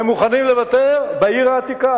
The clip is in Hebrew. והם מוכנים לוותר בעיר העתיקה.